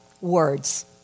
Words